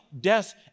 death